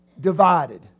Divided